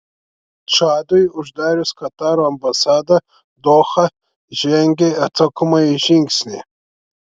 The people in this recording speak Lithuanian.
čadui uždarius kataro ambasadą doha žengė atsakomąjį žingsnį